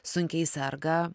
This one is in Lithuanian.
sunkiai serga